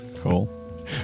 Cool